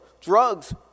Drugs